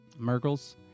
Mergles